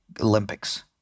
Olympics